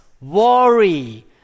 worry